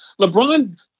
lebron